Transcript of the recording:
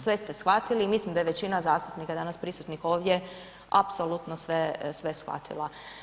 Sve ste shvatili, mislim da je većina zastupnika danas prisutnih ovdje apsolutno sve shvatila.